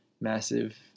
massive